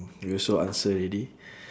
you also answer already